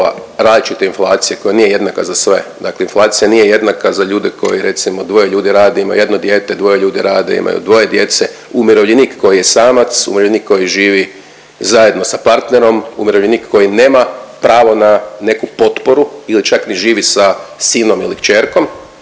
tipova različite inflacije koja nije jednaka za sve. Dakle inflacija nije jednaka za ljude koji recimo, dvoje ljudi radi, imaju jedno dijete, dvoje ljudi radi, imaju dvoje djece, umirovljenik koji je samac, umirovljenik koji živi zajedno sa partnerom, umirovljenik koji nema pravo na neku potporu ili čak ni živi sa sinom ili kćerkom,